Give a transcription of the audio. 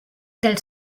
del